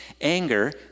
anger